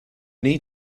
need